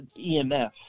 EMF